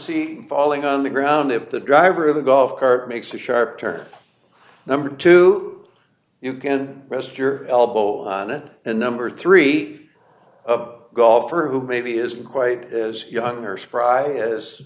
seat falling on the ground if the driver of the golf cart makes a sharp turn number two you can rest your elbow on it and number three a golfer who maybe isn't quite as young or spry as